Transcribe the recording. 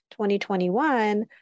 2021